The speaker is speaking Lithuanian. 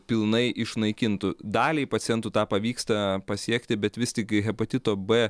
pilnai išnaikintų daliai pacientų tą pavyksta pasiekti bet vis tik hepatito b